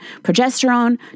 progesterone